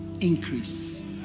increase